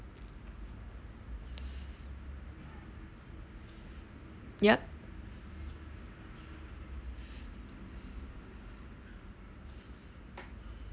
ya